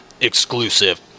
Exclusive